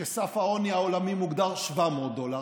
וסף העוני העולמי מוגדר 700 דולר.